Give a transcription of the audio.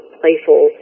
playful